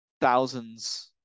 thousands